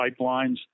pipelines